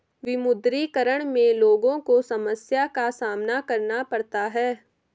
विमुद्रीकरण में लोगो को समस्या का सामना करना पड़ता है